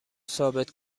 ثابت